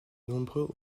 nombreux